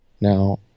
Now